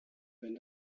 wenn